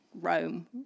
Rome